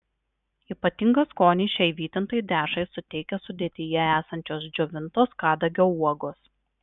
ypatingą skonį šiai vytintai dešrai suteikia sudėtyje esančios džiovintos kadagio uogos